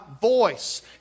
voice